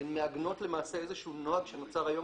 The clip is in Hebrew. הן מעגנות למעשה איזשהו נוהג שנוצר היום